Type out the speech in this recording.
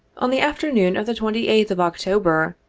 on the afternoon of the twenty eighth of october,